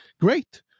Great